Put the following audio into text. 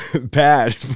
bad